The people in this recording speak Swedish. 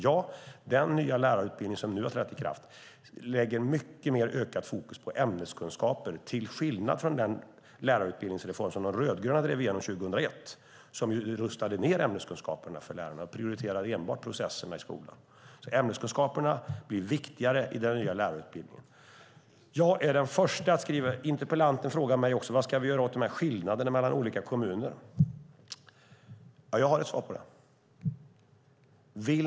Ja, den nya lärarutbildning som nu har trätt i kraft lägger mycket större fokus på ämneskunskaper, till skillnad från den lärarutbildningsreform som de rödgröna drev igenom 2001 som rustade ned lärarnas ämneskunskaper och enbart prioriterade processerna i skolan. Ämneskunskaper blir viktigare i den nya lärarutbildningen. Interpellanten frågar mig också vad vi ska göra åt skillnaderna mellan olika kommuner. Jag har ett svar på det.